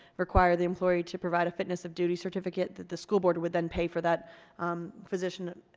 require the employee to provide a fitness of duty certificate, that the school board would then pay for that physician,